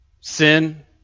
Sin